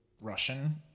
Russian